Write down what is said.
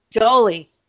Jolie